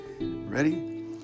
Ready